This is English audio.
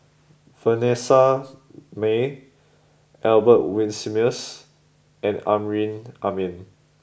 Vanessa Mae Albert Winsemius and Amrin Amin